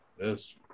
Yes